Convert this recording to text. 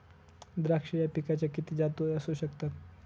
द्राक्ष या पिकाच्या किती जाती असू शकतात?